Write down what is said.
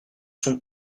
sont